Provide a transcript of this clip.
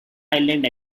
island